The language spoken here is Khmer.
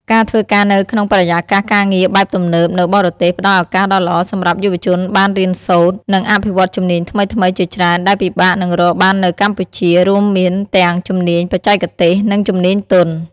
ការធ្វើការនៅក្នុងបរិយាកាសការងារបែបទំនើបនៅបរទេសផ្ដល់ឱកាសដ៏ល្អសម្រាប់យុវជនបានរៀនសូត្រ និងអភិវឌ្ឍជំនាញថ្មីៗជាច្រើនដែលពិបាកនឹងរកបាននៅកម្ពុជា រួមមានទាំងជំនាញបច្ចេកទេស និងជំនាញទន់។